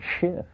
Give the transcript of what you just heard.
shift